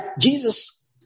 jesus